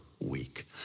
week